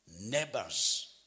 neighbors